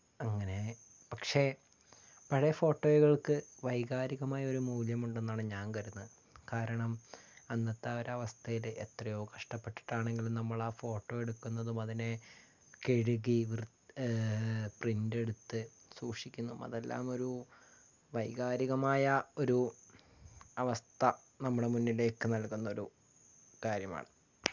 അങ്ങനെ പക്ഷേ പഴയ ഫോട്ടോകൾക്ക് വൈകാരികമായ ഒരു മൂല്യമുണ്ടെന്നാണ് ഞാൻ കരുതുന്നത് കാരണം അന്നത്തെ ആ ഒരു അവസ്ഥേല് എത്രെയോ കഷ്ടപ്പെട്ടിട്ടാണെങ്കിലും നമ്മളാ ഫോട്ടോ എടുക്കുന്നതും അതിനെ കഴുകി പ്രിൻറ്റ് എടുത്ത് സൂക്ഷിക്കുന്നതും അതെല്ലാം ഒരു വൈകാരികമായ ഒരു അവസ്ഥ നമ്മുടെ മുന്നിലേക്ക് നൽകുന്നൊരു കാര്യമാണ്